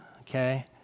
Okay